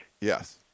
Yes